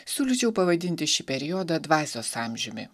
siūlyčiau pavadinti šį periodą dvasios amžiumi